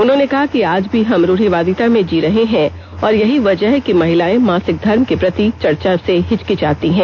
उन्होंने कहा कि आज भी हम रूढ़ीवादिता में जी रहे हैं और यही वजह है कि महिलायें मासिक धर्म के प्रति चर्चा में हिचकिचाती हैं